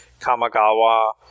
Kamagawa